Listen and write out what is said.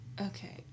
Okay